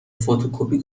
فتوکپی